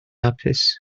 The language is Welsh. hapus